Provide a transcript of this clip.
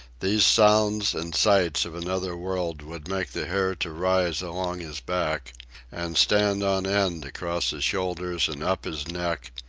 these sounds and sights of another world would make the hair to rise along his back and stand on end across his shoulders and up his neck,